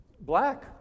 Black